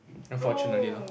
unfortunately lah